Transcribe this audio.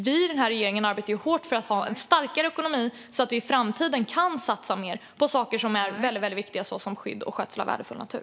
Vi i regeringen arbetar hårt för att få en starkare ekonomi så att vi i framtiden kan satsa mer på saker som är väldigt viktiga - såsom skydd och skötsel av värdefull natur.